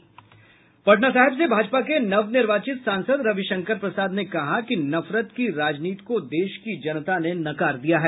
पटना साहिब से भाजपा के नवनिर्वाचित सांसद रविशंकर प्रसाद ने कहा कि नफरत की राजनीति को देश की जनता ने नकार दिया है